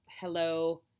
Hello